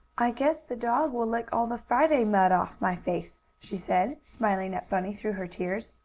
i guess the dog will lick all the friday-mud off my face, she said, smiling at bunny through her tears.